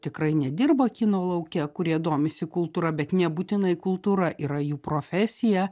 tikrai nedirba kino lauke kurie domisi kultūra bet nebūtinai kultūra yra jų profesija